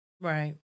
Right